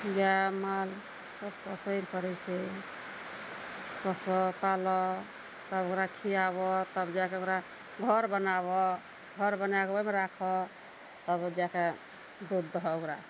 गाय माल सब पोसै लए पड़ै छै पोसऽ पालऽ तब ओकरा खिआबऽ तब जाके ओकरा घर बनाबऽ घर बनाकऽ ओहिमे राखऽ तब जाकऽ दूध दूह ओकरा